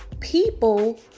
people